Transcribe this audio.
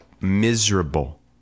miserable